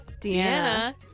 Deanna